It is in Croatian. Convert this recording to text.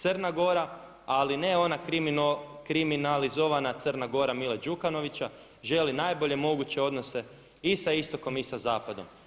Crna Gora, ali ne ona kriminalizovana Crna Gora Mile Đukanovića želi najbolje moguće odnose i sa istokom i sa zapadom.